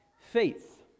faith